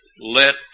let